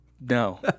No